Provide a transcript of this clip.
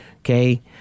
Okay